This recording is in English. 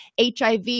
HIV